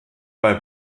bei